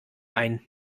ein